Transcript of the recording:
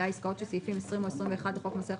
זה היה "עסקאות שסעיפים 20 או 21 לחוק מס ערך